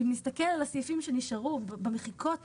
כמפורט